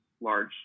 large